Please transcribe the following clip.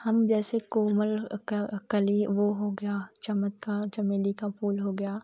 हम जैसे कोमल कलि वह हो गया चमत्कार चमेली का फूल हो गया